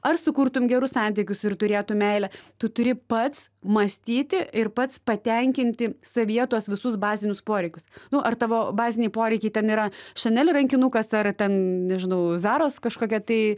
ar sukurtum gerus santykius ir turėtum meilę tu turi pats mąstyti ir pats patenkinti savyje tuos visus bazinius poreikius nu ar tavo baziniai poreikiai ten yra chanel rankinukas ar ten nežinau zaros kažkokia tai